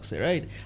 right